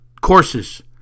courses